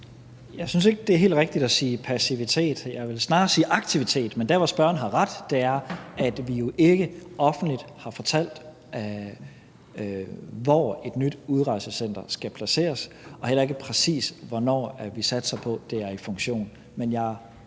Jeg synes ikke, det helt rigtige er at sige passivitet. Jeg vil snarere sige aktivitet. Men der, hvor spørgeren har ret, er, at vi jo ikke offentligt har fortalt, hvor et nyt udrejsecenter skal placeres, og heller ikke præcis, hvornår vi satser på det er i funktion.